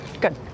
Good